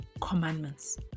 commandments